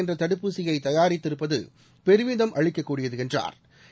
என்ற தடுப்பூசியை தயாரித்திருப்பது பெருமிதம் அளிக்கக்கூடியது என்றா்